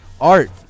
Art